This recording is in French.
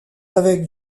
avec